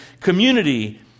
community